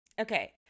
Okay